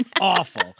Awful